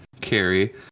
Carrie